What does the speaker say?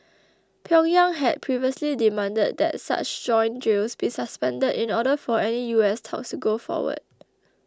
Pyongyang had previously demanded that such joint drills be suspended in order for any U S talks to go forward